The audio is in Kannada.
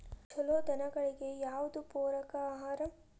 ಛಲೋ ದನಗಳಿಗೆ ಯಾವ್ದು ಪೂರಕ ಆಹಾರ?